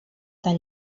tan